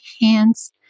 hands